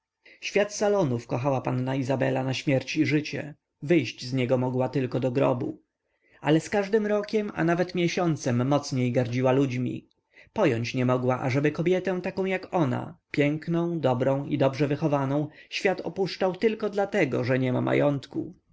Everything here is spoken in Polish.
świat salonów kochała panna izabela na śmierć i życie wyjść z niego mogła tylko do grobu ale z każdym rokiem a nawet miesiącem mocniej gardziła ludźmi pojąć nie mogła ażeby kobietę tak jak ona piękną dobrą i dobrze wychowaną świat opuszczał dlatego tylko że niema majątku